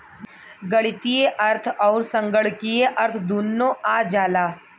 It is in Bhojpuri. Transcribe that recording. गणीतीय अर्थ अउर संगणकीय अर्थ दुन्नो आ जाला